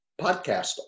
podcast